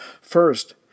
First